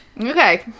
Okay